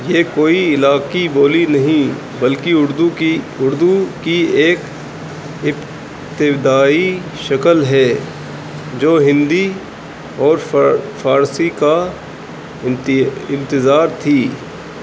یہ کوئی علاقائی بولی نہیں بلکہ اردو کی اردو کی ایک ابتدائی شکل ہے جو ہندی اور فارسی کا امتزاج تھی